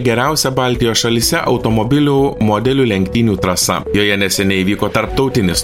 geriausia baltijos šalyse automobilių modelių lenktynių trasa joje neseniai vyko tarptautinis